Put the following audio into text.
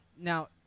now